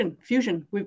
fusion